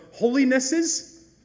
holinesses